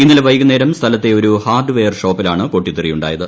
ഇന്നലെ വൈകുന്നേരം സ്ഥലത്തെ ഒരു ഹാർഡ്വെയർ ഷോപ്പിലാണ് പൊട്ടിത്തെറി ഉണ്ടായത്